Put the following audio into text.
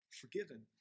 forgiven